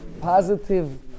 positive